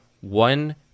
one